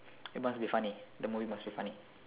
it must funny the movie must be funny